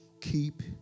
Keep